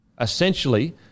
essentially